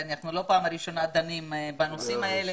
ואנו לא פעם ראשונה דנים בנושאים האלה.